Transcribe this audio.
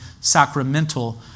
sacramental